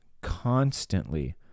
constantly